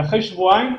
ואחרי שבועיים,